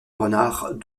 renard